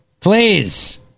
Please